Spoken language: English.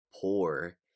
poor